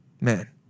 Man